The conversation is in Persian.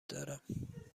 دارم